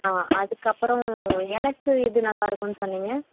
ஆ அதுக்கப்புறம் எனக்கு எது நல்லாயிருக்குன்னு சொன்னிங்க